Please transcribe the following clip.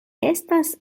estas